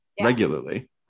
regularly